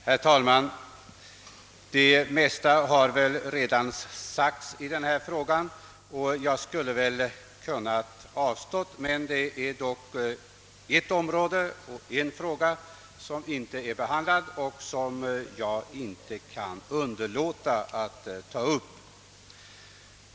Herr talman! Det mesta har väl redan sagts i denna fråga, och jag skulle ha kunnat avstå från att yttra mig. Det är dock ett område och en fråga som inte är behandlade och som jag inte kan underlåta att ta upp.